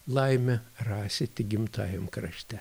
laimę rasi tik gimtajam krašte